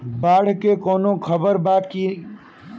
बाढ़ के कवनों खबर बा की?